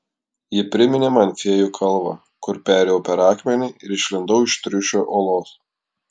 ji priminė man fėjų kalvą kur perėjau per akmenį ir išlindau iš triušio olos